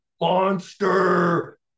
monster